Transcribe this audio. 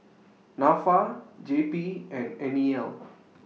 Nafa J P and N E L